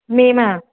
મે માં